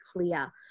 Clear